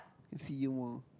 it's he !wah!